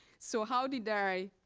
so how did i